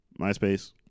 MySpace